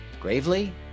Gravely